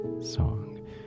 song